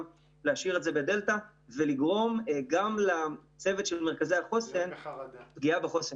להשאיר את זה בדלתא ולגרום גם לצוות של מרכזי החוסן פגיעה בחוסן.